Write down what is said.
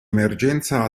emergenza